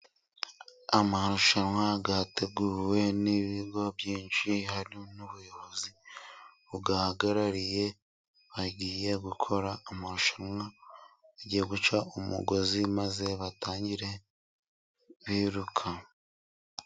Amarushanwa yateguwe n'ibigo byinshi, harimo n'ubuyobozi buyahagarariye. Bagiye gukora amarushanwa, bagiye guca umugozi maze batangire biruka.